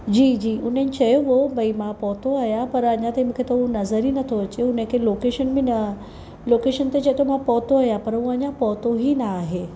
जी जी उन्हनि चयो हुओ भई मां पहुतो आहियां पर अञा ताईं मूंखे त उहो नज़रु ई नथो अचे हुनखे लोकेशन बि न लोकेशन ते चवे थो मां पहुतो आहियां पर उहो अञा पहुतो ई नाहे